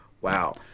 Wow